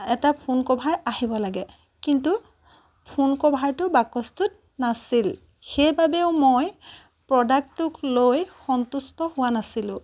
এটা phone cover আহিব লাগে কিন্তু ফোন ক'ভাৰটো বাকচটোত নাছিল সেইবাবেও মই প্ৰডাক্টটোক লৈ সন্তুষ্ট হোৱা নাছিলো